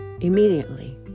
immediately